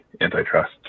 antitrust